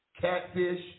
catfish